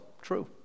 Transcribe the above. True